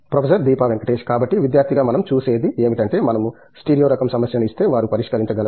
professor Deepa Venkatesh కాబట్టి విద్యార్థిగా మనం చూసేది ఏమిటంటే మనము స్టీరియో రకం సమస్యను ఇస్తే వారు పరిష్కరించగలరు